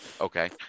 Okay